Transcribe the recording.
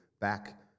back